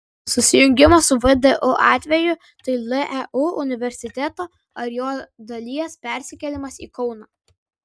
susijungimo su vdu atveju tai leu universiteto ar jo dalies persikėlimas į kauną